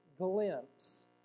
glimpse